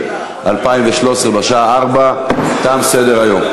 שני מתנגדים, אפס נמנעים.